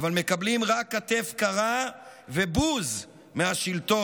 אבל מקבלים רק כתף קרה ובוז מהשלטון.